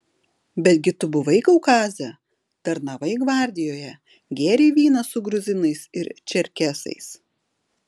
betgi tu buvai kaukaze tarnavai gvardijoje gėrei vyną su gruzinais ir čerkesais